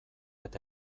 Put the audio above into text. eta